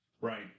Right